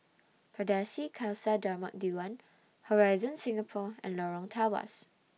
Pardesi Khalsa Dharmak Diwan Horizon Singapore and Lorong Tawas